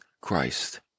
Christ